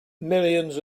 millions